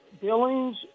Billings